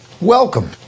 Welcome